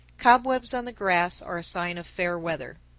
cobwebs on the grass are a sign of fair weather.